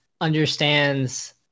understands